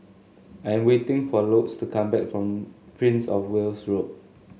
I'm waiting for Lourdes to come back from Prince Of Wales Road